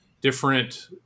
different